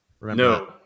No